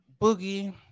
Boogie